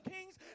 Kings